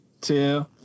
two